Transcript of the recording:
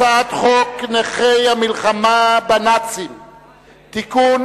הצעת חוק נכי המלחמה בנאצים (תיקון,